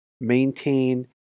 maintain